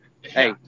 Hey